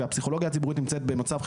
והפסיכולוגיה הציבורית נמצאת במצב חירומי.